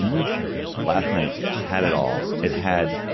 um last night had it all. it had.